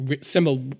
similar